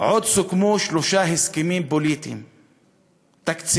עוד סוכמו שלושה הסכמים פוליטיים תקציביים,